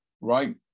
right